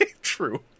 True